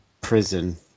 prison